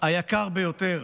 היקר ביותר